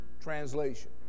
translation